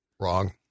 wrong